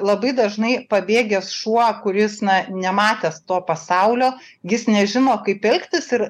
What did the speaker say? labai dažnai pabėgęs šuo kuris na nematęs to pasaulio jis nežino kaip elgtis ir